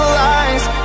lies